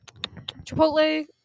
Chipotle